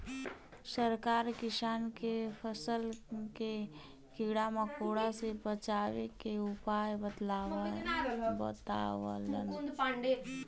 सरकार किसान के फसल के कीड़ा मकोड़ा से बचावे के उपाय बतावलन